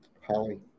Holly